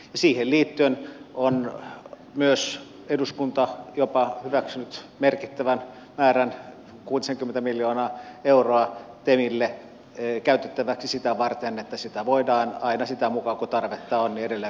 siihen liittyen on myös eduskunta jopa hyväksynyt merkittävän määrän kuutisenkymmentä miljoonaa euroa temille käytettäväksi sitä varten että sitä voidaan aina sitä mukaa kun tarvetta on edelleen konkurssipesälle ohjata